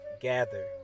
Gather